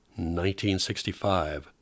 1965